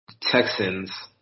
Texans